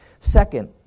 Second